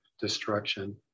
destruction